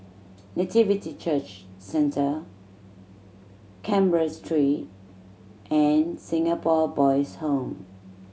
Nativity Church Centre Canberra Street and Singapore Boys' Home